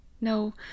No